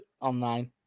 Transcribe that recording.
online